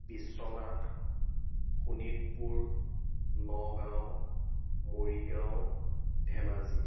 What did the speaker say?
Biswanath Sonitpur Nagaon Morigaon Dhemaji